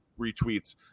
retweets